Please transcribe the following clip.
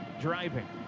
driving